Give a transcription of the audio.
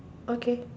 okay